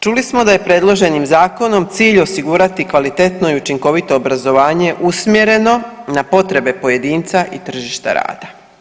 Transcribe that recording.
Čuli smo da je predloženim zakonom cilj osigurati kvalitetno i učinkovito obrazovanje usmjereno na potrebe pojedinca i tržišta rada.